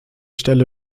stelle